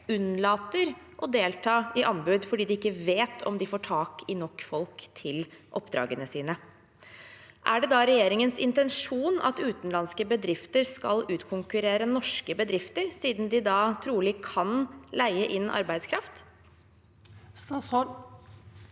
unnlater å delta i anbud fordi de ikke vet om de får tak i nok folk til oppdragene sine. Er det da regjeringens intensjon at utenlandske bedrifter skal utkonkurrere norske bedrifter, siden de da trolig kan leie inn arbeidskraft? Statsråd